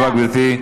תודה רבה, גברתי.